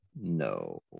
no